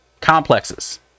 complexes